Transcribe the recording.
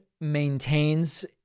maintains